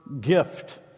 gift